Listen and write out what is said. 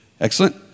Excellent